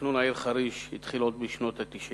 תכנון העיר חריש התחיל עוד בשנות ה-90